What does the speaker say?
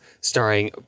starring